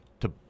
-to